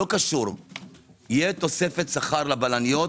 לא קשור - תהיה תוספת שכר לבלניות,